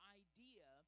idea